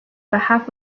behalf